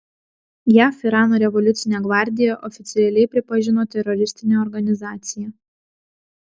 jav irano revoliucinę gvardiją oficialiai pripažino teroristine organizacija